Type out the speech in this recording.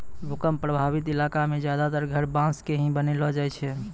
भूकंप प्रभावित इलाका मॅ ज्यादातर घर बांस के ही बनैलो जाय छै